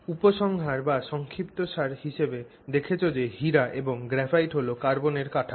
উপসংহার বা সংক্ষিপ্তসার হিসেবে দেখেছি যে হীরা এবং গ্রাফাইট হল কার্বনের কাঠামো